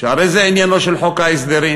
שהרי זה עניינו של חוק ההסדרים,